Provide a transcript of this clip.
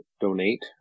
donate